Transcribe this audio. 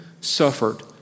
suffered